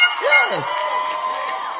Yes